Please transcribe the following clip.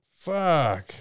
Fuck